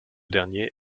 dernier